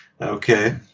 okay